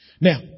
Now